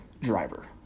driver